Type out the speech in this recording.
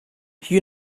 you